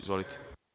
Izvolite.